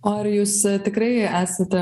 o ar jūs tikrai esate